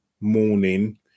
morning